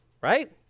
right